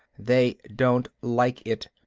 they don't like it.